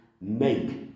make